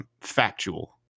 factual